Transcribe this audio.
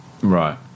Right